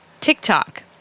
TikTok